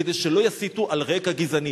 כדי שלא יסיתו על רקע גזעני.